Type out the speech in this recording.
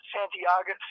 Santiago